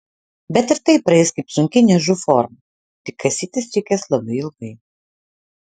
bet ir tai praeis kaip sunki niežų forma tik kasytis reikės labai ilgai